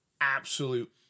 absolute